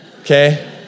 Okay